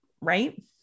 right